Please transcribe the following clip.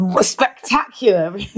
spectacular